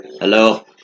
Hello